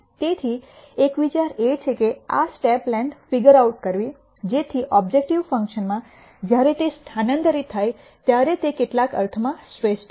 તેથી એક વિચાર એ છે કે આ સ્ટેપ લેંથ ફિગર આઉટ કરવી જેથી ઓબ્જેકટીવ ફંકશન માં જ્યારે તે સ્થાનાંતરિત થાય ત્યારે તે કેટલાક અર્થમાં શ્રેષ્ઠ છે